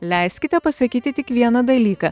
leiskite pasakyti tik vieną dalyką